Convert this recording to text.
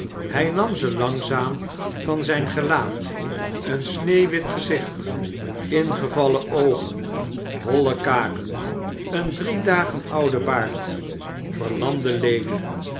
hij nam ze langzaam van zijn gelaat een sneeuwwit gezicht ingevallen oogen holle kaken een drie dagen oude baard verlamde leden